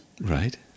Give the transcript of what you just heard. Right